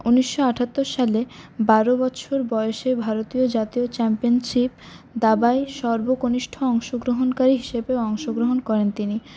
উনিশশো আটাত্তর সালে বারো বছর বয়সে ভারতীয় জাতীয় চ্যাম্পিয়নশিপ দাবায় সর্বকনিষ্ঠ অংশগ্রহণকারী হিসেবে অংশগ্রহণ করেন তিনি